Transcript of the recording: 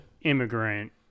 immigrant